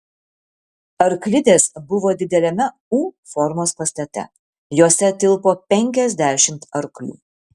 arklidės buvo dideliame u formos pastate jose tilpo penkiasdešimt arklių